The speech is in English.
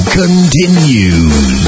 continues